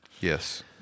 Yes